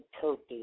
purpose